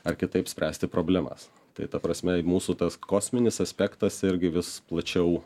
ar kitaip spręsti problemas tai ta prasme mūsų tas kosminis aspektas irgi vis plačiau